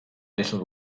little